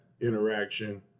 interaction